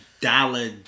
dollar